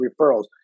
referrals